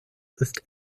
ist